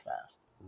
fast